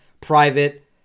private